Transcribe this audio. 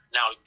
Now